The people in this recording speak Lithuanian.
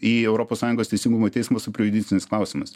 į europos sąjungos teisingumo teismą su prejudiciniais klausimais